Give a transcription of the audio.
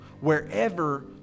wherever